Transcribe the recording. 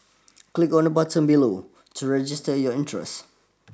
click on the button below to register your interest